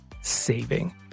saving